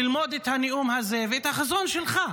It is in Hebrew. ללמוד את הנאום הזה ואת החזון שלך.